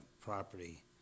property